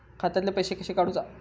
खात्यातले पैसे कशे काडूचा?